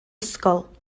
ysgol